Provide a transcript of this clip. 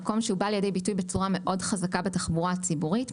בצורה מאוד חזקה בתחבורה הציבורית,